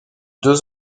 deux